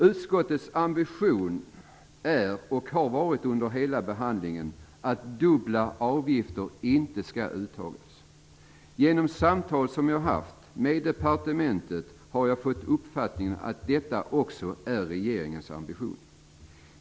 Utskottets ambition är och har under hela behandlingen varit att dubbla avgifter inte skall uttas. Genom samtal som jag har haft med departementet har jag fått uppfattningen att detta också är regeringens ambition.